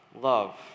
love